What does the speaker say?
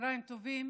צוהריים טובים,